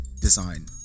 design